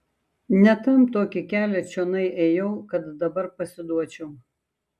ne tam tokį kelią čionai ėjau kad dabar pasiduočiau